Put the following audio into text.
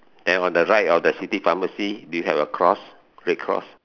then on the right of the city pharmacy you have a cross red cross